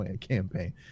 campaign